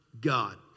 God